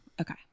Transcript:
Okay